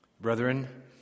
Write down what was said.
Brethren